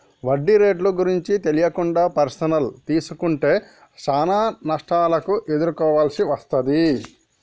వడ్డీ రేట్లు గురించి తెలియకుండా పర్సనల్ తీసుకుంటే చానా నష్టాలను ఎదుర్కోవాల్సి వస్తది